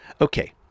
Okay